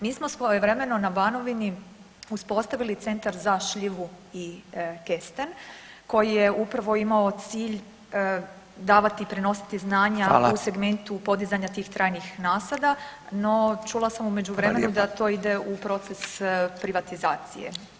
Mi smo svojevremeno na Banovini uspostavili centar za šljivu i kesten koji je upravo imao cilj davati i prenositi znanja [[Upadica: Hvala.]] u segmentu podizanja tih trajnih nasada no čula sam u međuvremenu [[Upadica: Hvala lijepo.]] da to ide u proces privatizacije.